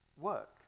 work